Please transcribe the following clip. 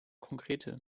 konkrete